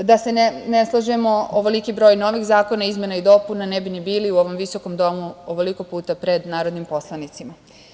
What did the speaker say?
Da se ne slažemo, ovoliki broj novih zakona, izmena i dopuna, ne bi ni bili u ovom visokom domu ovoliko puta pred narodnim poslanicima.